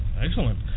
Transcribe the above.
Excellent